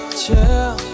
chill